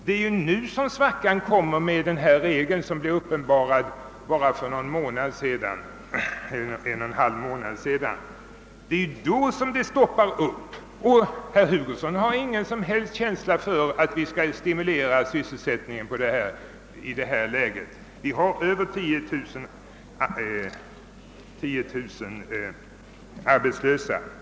Det är nu svackan kommer på grund av den regel som uppenbarades i propositionen för cirka en och en halv månad sedan. Det är då som det hela stoppar upp. Herr Hugosson har ingen som helst känsla för att vi i detta läge bör stimulera sysselsättningen, då vi har över 10 000 arbetslösa inom facket.